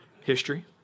history